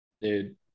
Dude